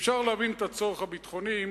אפשר להבין את הצורך הביטחוני,